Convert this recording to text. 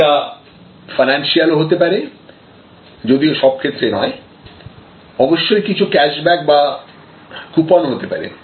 এটা ফিনান্সিয়াল ও হতে পারে যদিও সব ক্ষেত্রে নয় অবশ্যই কিছু ক্যাশব্যাক বা কুপন হতে পারে